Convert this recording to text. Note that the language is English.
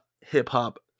hip-hop